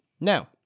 Now